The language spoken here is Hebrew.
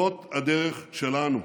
זאת הדרך שלנו,